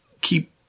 keep